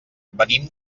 venim